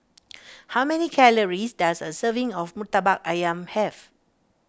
how many calories does a serving of Murtabak Ayam have